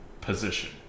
position